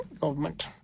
government